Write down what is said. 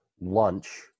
lunch